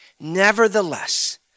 Nevertheless